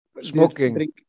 smoking